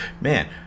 Man